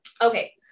okay